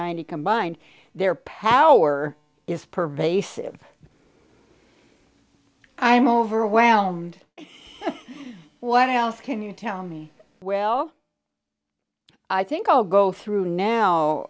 ninety combined their power is pervasive i'm overwhelmed what else can you tell me well i think i'll go through